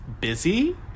busy